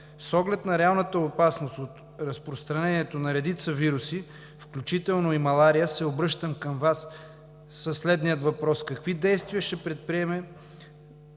С оглед на реалната опасност от разпространението на редица вируси, включително и малария, се обръщам се към Вас със следния въпрос: какви действия ще предприеме